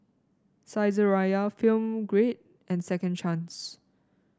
Saizeriya Film Grade and Second Chance